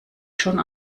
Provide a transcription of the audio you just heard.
schon